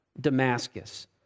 Damascus